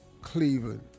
Cleveland